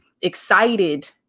excited